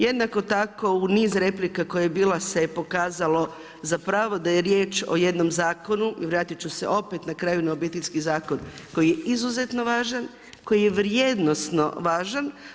Jednako tako u niz replika koja je bila se pokazalo zapravo da je riječ o jednom zakonu i vratit ću se opet na Obiteljski zakon koji je izuzetno važan, koji je vrijednosno važan.